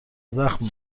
زخم